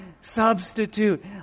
substitute